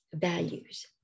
values